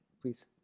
Please